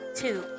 two